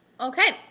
Okay